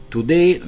Today